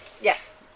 Yes